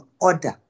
order